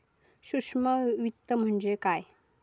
सूक्ष्म वित्त म्हणजे काय?